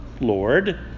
Lord